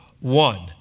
one